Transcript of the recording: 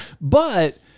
But-